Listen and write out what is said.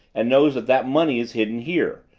and knows that that money is hidden here.